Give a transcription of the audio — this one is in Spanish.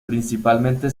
principalmente